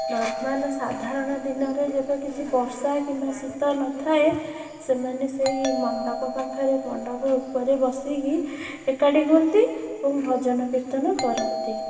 normal ସାଧାରଣ ଦିନରେ ଯେବେ କିଛି ବର୍ଷା କିମ୍ବା ଶୀତ ନଥାଏ ସେମାନେ ସେହି ମଣ୍ଡପ ପାଖରେ ମଣ୍ଡପ ଉପରେ ବସିକି ଏକାଠି ହୁଅନ୍ତି ଏବଂ ଭଜନ କୀର୍ତ୍ତିନ କରନ୍ତି